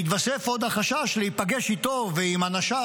יתווסף עוד החשש להיפגש איתו ועם אנשיו